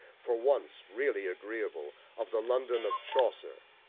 for once really agreeable, of the london of chaucer.